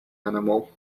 animal